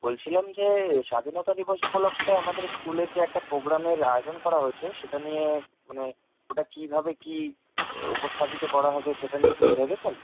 বলছিলাম যে স্বাধীনতা দিবস উপলক্ষ্যে আমাদের স্কুলে যে একটা প্রোগ্রামের আয়োজন করা হয়েছে সেটা নিয়ে মানে ওটা কীভাবে কি উপস্থাপিত করা হবে সেটা নিয়ে কিছু ভেবেছেন